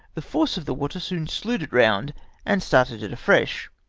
the force of the water soon slewed it round and started it afresh.